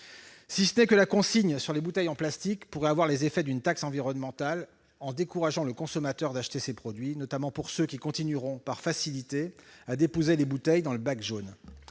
même chose. Or la consigne sur les bouteilles en plastique pourrait avoir les effets d'une taxe environnementale en décourageant le consommateur d'acheter ces produits, notamment pour ceux qui continueront, par facilité, à déposer les bouteilles dans le bac jaune.